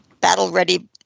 Battle-ready